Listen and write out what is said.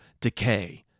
decay